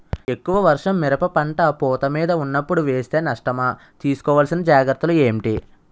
ఎక్కువ వర్షం మిరప పంట పూత మీద వున్నపుడు వేస్తే నష్టమా? తీస్కో వలసిన జాగ్రత్తలు ఏంటి?